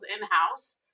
in-house